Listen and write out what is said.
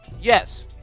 Yes